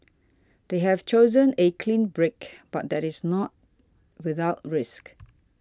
they have chosen a clean break but that is not without risk